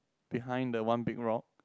behind the one big rock